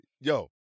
Yo